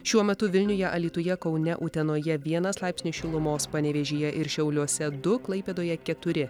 šiuo metu vilniuje alytuje kaune utenoje vienas laipsnis šilumos panevėžyje ir šiauliuose du klaipėdoje keturi